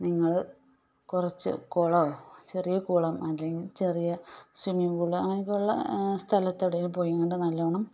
നിങ്ങൾ കുറച്ച് കുളമോ ചെറിയ കുളം അല്ലെങ്കിൽ ചെറിയ സ്വിമ്മിങ്ങ് പൂള് അങ്ങിനെ ഒക്കെ ഉള്ള സ്ഥലത്തെവിടേലും പോയിക്കൊണ്ട് നല്ല വണ്ണം